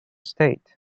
state